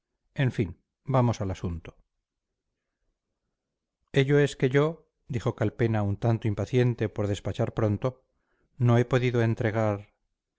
en fin vamos al asunto ello es que yo dijo calpena un tanto impaciente por despachar pronto no he podido entregar